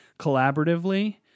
collaboratively